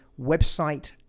website